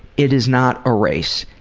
it is not a race.